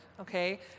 okay